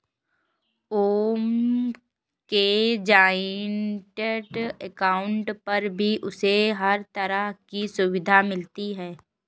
ओम के joint account पर भी उसे हर तरह की सुविधा मिलती है